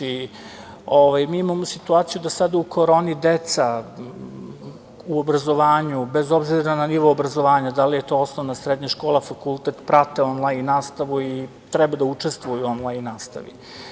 Imamo situaciju da sada u koroni deca u obrazovanju, bez obzira na nivo obrazovanja da li je to osnovna, srednja škola, fakultet prate "onlajn" nastavu i treba da učestvuju u "onlajn" nastavi.